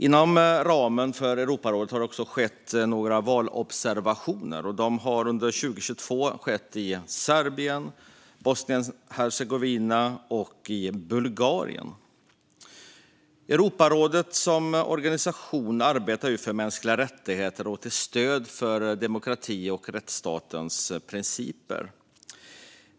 Inom ramen för Europarådet har det också skett några valobservationer. De har under 2022 skett i Serbien, Bosnien och Hercegovina och i Bulgarien. Europarådet som organisation arbetar ju för mänskliga rättigheter och till stöd för demokrati och rättsstatens principer.